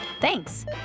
Thanks